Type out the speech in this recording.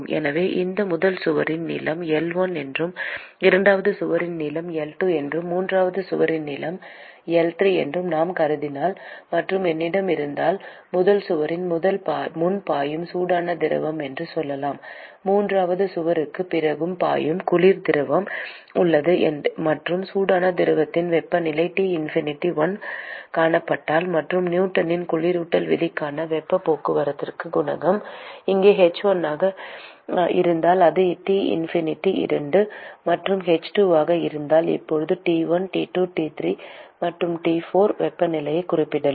எனவே இந்த முதல் சுவரின் நீளம் L1 என்றும் இரண்டாவது சுவரின் நீளம் L2 என்றும் மூன்றாவது சுவரின் நீளம் L3 என்றும் நான் கருதினால் மற்றும் என்னிடம் இருந்தால் முதல் சுவரின் முன் பாயும் சூடான திரவம் என்று சொல்லலாம் மூன்றாவது சுவருக்குப் பிறகு பாயும் குளிர் திரவம் உள்ளது மற்றும் சூடான திரவத்தின் வெப்பநிலை T infinity 1 காணப்பட்டால் மற்றும் நியூட்டனின் குளிரூட்டல் விதிக்கான வெப்பப் போக்குவரத்துக் குணகம் இங்கே h1 ஆக இருந்தால் அது T infinity 2 மற்றும் h2 ஆக இருந்தால் இப்போது T1T2 T3 மற்றும் T4 வெப்பநிலைகளைக் குறிப்பிடலாம்